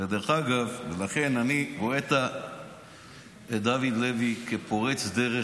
דרך אגב, לכן אני רואה את דוד לוי כפורץ דרך.